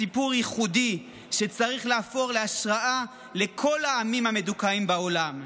בסיפור ייחודי שצריך להפוך להשראה לכל העמים המדוכאים בעולם.